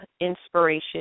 inspiration